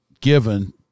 given